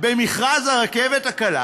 במכרז הרכבת הקלה,